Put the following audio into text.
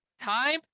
time